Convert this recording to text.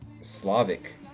Slavic